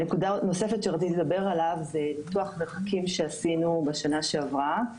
נקודה נוספת שרציתי לדבר עליה היא ניתוח מרחקים שעשינו בשנה שעברה.